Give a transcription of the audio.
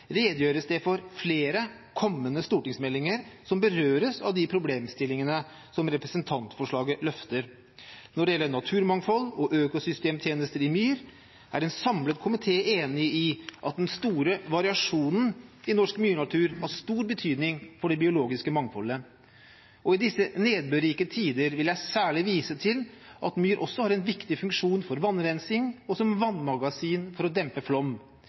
redegjøres det for flere kommende stortingsmeldinger som berøres av de problemstillingene som representantforslaget løfter. Når det gjelder naturmangfold og økosystemtjenester i myr, er en samlet komité enig om at den store variasjonen i norsk myrnatur har stor betydning for det biologiske mangfoldet. I disse nedbørrike tider vil jeg særlig vise til at myr også har en viktig funksjon for vannrensing, og som vannmagasin ved å dempe flom.